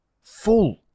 full